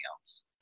else